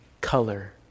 color